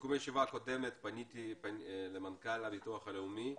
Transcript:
בסיכום הישיבה הקודמת פנינו למנכ"ל הביטוח הלאומי,